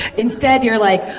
instead you're like,